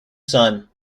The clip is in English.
son